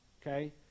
okay